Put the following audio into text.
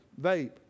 vape